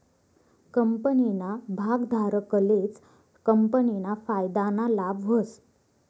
कंपनीना भागधारकलेच कंपनीना फायदाना लाभ व्हस